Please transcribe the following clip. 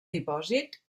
dipòsit